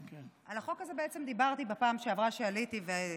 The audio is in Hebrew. על החוק הזה בעצם דיברתי בפעם שעברה שעליתי,